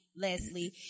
Leslie